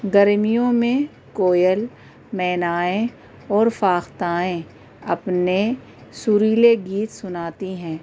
گرمیوں میں کوئل مینائیں اور فاختائیں اپنے سریلے گیت سناتی ہیں